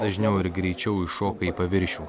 dažniau ir greičiau iššoka į paviršių